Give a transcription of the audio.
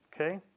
okay